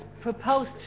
proposed